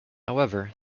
however